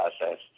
process